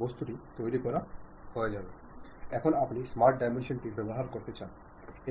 നമുക്ക് ഒരുപാട് വാക്കുകളുള്ളതിനാൽ മനുഷ്യ ആശയവിനിമയം ചില സമയങ്ങളിൽ സങ്കീർണ്ണമാവുകയും ചില സമയങ്ങളിൽ കുഴഞ്ഞുമറിയുകയും ചെയ്യുന്നു